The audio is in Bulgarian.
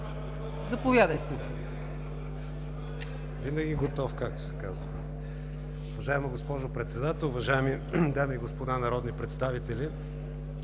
(БСП ЛБ): Винаги готов, както се казва. Уважаема госпожо Председател, уважаеми дами и господа народни представители!